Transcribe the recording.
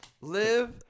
live